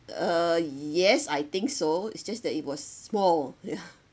uh yes I think so it's just that it was small ya